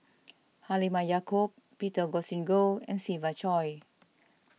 Halimah Yacob Peter Augustine Goh and Siva Choy